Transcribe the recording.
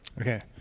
Okay